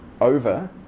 over